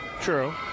true